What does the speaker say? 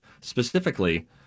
specifically